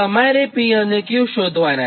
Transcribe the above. તમારે P અને Q શોધવાનાં છે